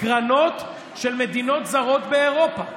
קרנות של מדינות זרות באירופה.